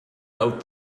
out